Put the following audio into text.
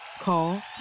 Call